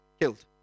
Killed